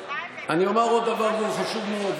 אני אומר עוד דבר והוא חשוב מאוד,